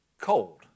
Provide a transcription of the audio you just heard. cold